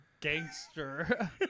gangster